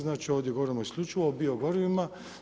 Znači, ovdje govorimo isključivo o bio gorivima.